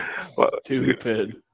Stupid